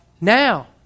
Now